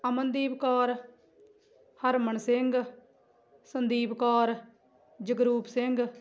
Amandeep Kaur Harman Singh Sandeep Kaur Jagroop Singh